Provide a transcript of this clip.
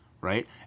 right